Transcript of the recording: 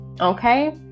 okay